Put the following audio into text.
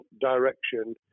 direction